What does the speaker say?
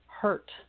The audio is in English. hurt